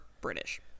British